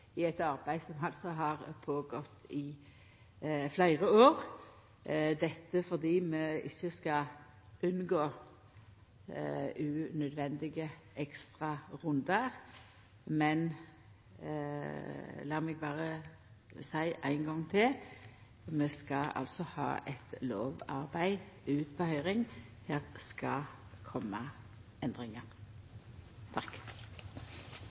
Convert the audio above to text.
i eit arbeid som har gått føre seg i fleire år – dette for å unngå unødvendige ekstrarundar. Men lat meg berre seia det ein gong til: Vi skal ha eit lovarbeid ut på høyring; det skal koma endringar